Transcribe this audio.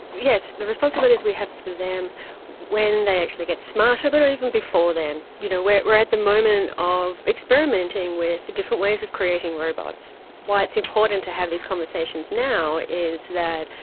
yes, the responsibilities we have for them when they actually get smarter, but even before then. you know we are at the moment of experimenting with different ways of creating robots. why it's important to have these conversations now is that,